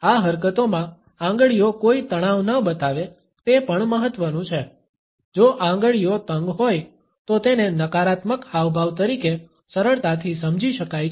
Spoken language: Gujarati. આ હરકતોમાં આંગળીઓ કોઈ તણાવ ન બતાવે તે પણ મહત્વનું છે જો આંગળીઓ તંગ હોય તો તેને નકારાત્મક હાવભાવ તરીકે સરળતાથી સમજી શકાય છે